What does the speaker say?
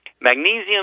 Magnesium